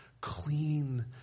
clean